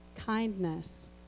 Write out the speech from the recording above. Kindness